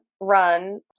run